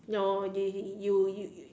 no you you you you you